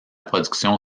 production